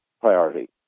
priority